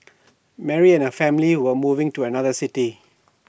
Mary and her family were moving to another city